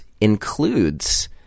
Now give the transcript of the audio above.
includes